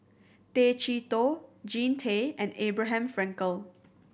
Tay Chee Toh Jean Tay and Abraham Frankel